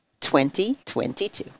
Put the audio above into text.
2022